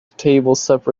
separated